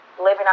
living